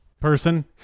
Person